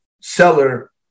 seller